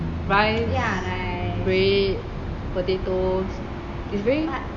rice bread potatoes its very